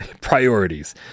priorities